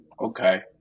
Okay